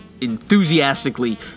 enthusiastically